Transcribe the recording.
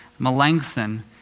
Melanchthon